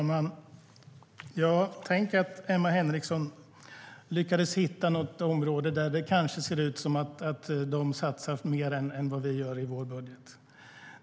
Herr talman! Tänk att Emma Henriksson lyckades hitta något område där det kanske ser ut som att de satsar mer än vad vi gör i vår budget!